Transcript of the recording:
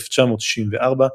1964,